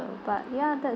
but ya that's